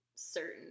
certain